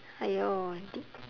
!aiyo! this